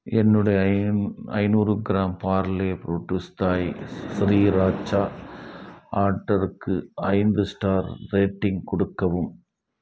என்னுடைய ஐந்நூறு gram Parle fulltoss Thai sriracha ஆர்டருக்கு ஐந்து ஸ்டார் ரேட்டிங் கொடுக்கவும்